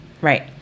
right